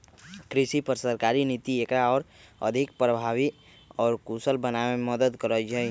कृषि पर सरकारी नीति एकरा और अधिक प्रभावी और कुशल बनावे में मदद करा हई